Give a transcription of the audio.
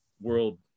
world